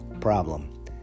problem